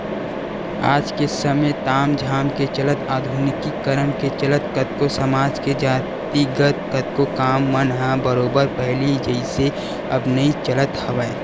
आज के समे ताम झाम के चलत आधुनिकीकरन के चलत कतको समाज के जातिगत कतको काम मन ह बरोबर पहिली जइसे अब नइ चलत हवय